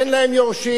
אין להם יורשים.